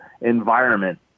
environment